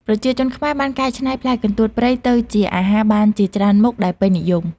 ប្រជាជនខ្មែរបានកែច្នៃផ្លែកន្ទួតព្រៃទៅជាអាហារបានជាច្រើនមុខដែលពេញនិយម។